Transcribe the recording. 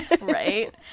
right